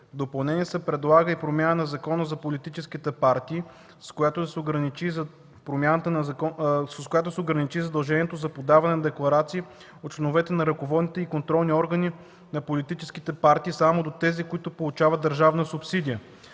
допълнение се предлага и промяна на Закона за политическите партии, с която да се ограничи задължението за подаване на декларации от членовете на ръководните и контролни органи на политическите партии само до тези, които получават държавна субсидия.